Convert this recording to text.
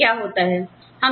देखते हैं क्या होता है